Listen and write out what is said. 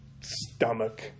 stomach